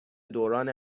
دوران